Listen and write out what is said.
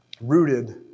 Rooted